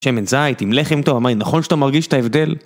שמן זית עם לחם טוב, נכון שאתה מרגיש את ההבדל?